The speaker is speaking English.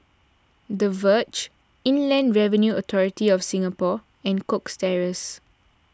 the Verge Inland Revenue Authority of Singapore and Cox Terrace